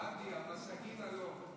גדי, הבה נגילה לו.